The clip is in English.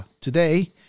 today